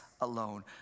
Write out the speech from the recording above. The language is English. alone